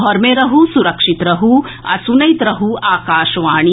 घर मे रहू सुरक्षित रहू आ सुनैत रहू आकाशवाणी